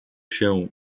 się